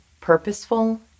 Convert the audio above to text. purposeful